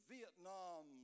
Vietnam